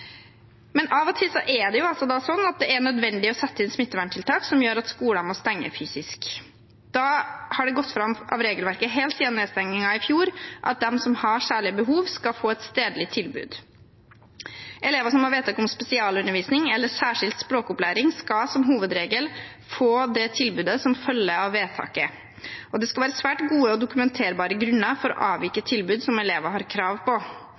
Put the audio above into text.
Men av og til er det sånn at det er nødvendig å sette inn smitteverntiltak som gjør at skoler må stenge fysisk. Da har det gått fram av regelverket helt siden nedstengningen i fjor at de som har særlige behov, skal få et stedlig tilbud. Elever som har vedtak om spesialundervisning eller særskilt språkopplæring, skal som hovedregel få det tilbudet som følger av vedtaket. Det skal være svært gode og dokumenterbare grunner for å avvike fra tilbud som elever har krav på,